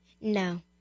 No